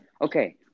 Okay